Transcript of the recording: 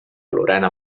lorena